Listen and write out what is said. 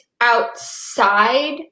outside